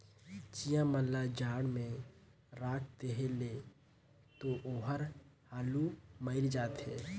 चिंया मन ल जाड़ में राख देहे ले तो ओहर हालु मइर जाथे